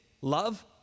love